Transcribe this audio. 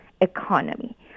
economy